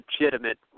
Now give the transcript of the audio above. legitimate